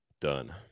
done